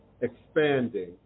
expanding